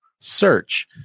search